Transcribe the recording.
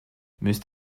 müsst